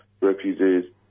refugees